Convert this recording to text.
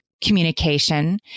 communication